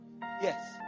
yes